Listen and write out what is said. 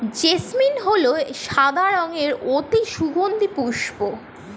jasmine হল একটি সাদা রঙের অতি সুগন্ধি পুষ্প